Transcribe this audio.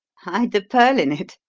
hide the pearl in it?